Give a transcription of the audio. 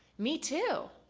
me too.